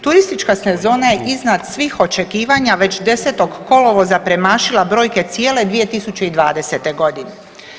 Turistička sezona je iznad svih očekivanja već 10. kolovoza premašila brojke cijele 2020. godine.